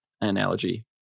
analogy